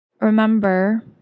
remember